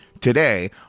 today